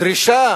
הדרישה